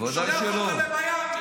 הוא שולח אותו למיאמי.